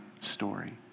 story